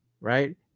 right